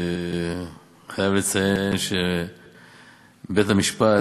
אני חייב לציין שבית-המשפט,